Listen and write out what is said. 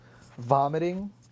vomiting